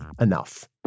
enough